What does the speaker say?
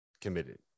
committed